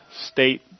state